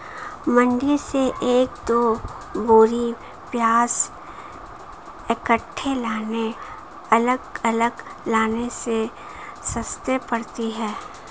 मंडी से एक दो बोरी प्याज इकट्ठे लाने अलग अलग लाने से सस्ते पड़ते हैं